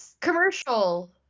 commercial